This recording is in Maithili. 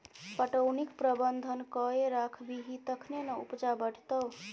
पटौनीक प्रबंधन कए राखबिही तखने ना उपजा बढ़ितौ